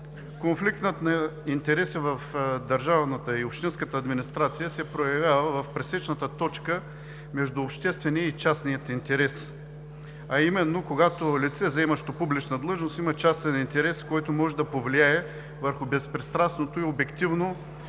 конфликтът на интереси в държавната и общинската администрация се проявява в пресечната точка между обществения и частния интерес, а именно, когато лице заемащо публична длъжност има частен интерес, който може да повлияе върху безпристрастното и обективно